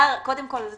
קודם כול זו